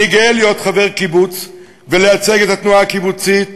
אני גאה להיות חבר קיבוץ ולייצג את התנועה הקיבוצית,